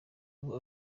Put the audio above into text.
ubu